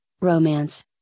romance